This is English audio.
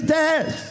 death